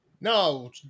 No